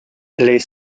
les